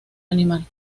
animal